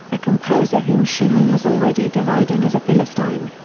a composer whom schumann was already deriding as a philistine.